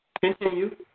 Continue